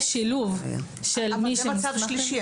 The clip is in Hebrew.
יש שילוב --- אבל זה מצב שלישי.